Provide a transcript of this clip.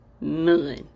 None